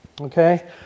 Okay